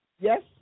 Yes